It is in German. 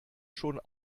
schon